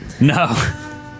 No